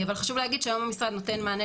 אבל חשוב להגיד שהיום המשרד נותן מענה